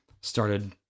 Started